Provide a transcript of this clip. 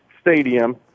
Stadium